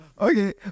okay